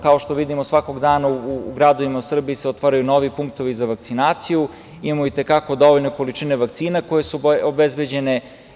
Kao što vidimo, svakog dana u gradovima u Srbiji se otvaraju novi punktovi za vakcinaciju, imamo i te kako dovoljno količine vakcina koje su obezbeđene.